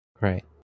Right